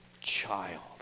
child